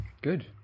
good